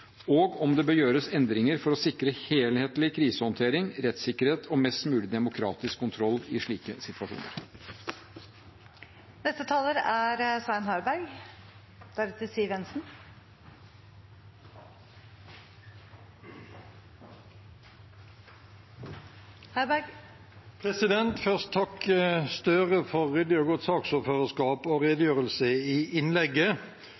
og om det bør gjøres endringer for å sikre helhetlig krisehåndtering, rettssikkerhet og mest mulig demokratisk kontroll i slike situasjoner. Først en takk til representanten Gahr Støre for ryddig og godt saksordførerskap og for redegjørelsen i innlegget,